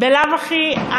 בלאו הכי,